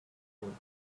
time